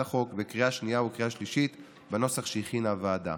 החוק בקריאה שנייה ובקריאה שלישית בנוסח שהכינה הוועדה.